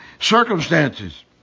circumstances